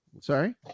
Sorry